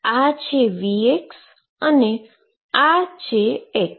આ છે V અને આ છે x